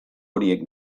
horiek